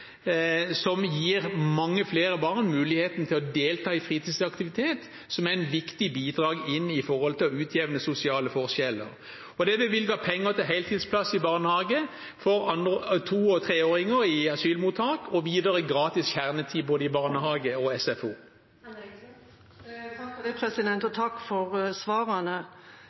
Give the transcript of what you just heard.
som gir mange flere barn muligheten til å delta i fritidsaktiviteter, som er et viktig bidrag for å utjevne sosiale forskjeller. Det er også bevilget penger til heltidsplass i barnehage for to- og treåringer i asylmottak og videre gratis kjernetid både i barnehage og i SFO. Takk for svarene. Slik jeg leser denne politikken, er det en politikk for behovsprøving og